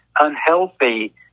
unhealthy